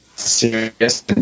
serious